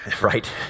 right